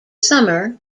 summer